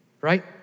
right